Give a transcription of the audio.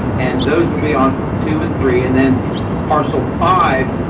and those will be on two and three. and then a parcel five,